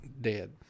dead